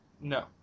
No